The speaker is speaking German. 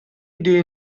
idee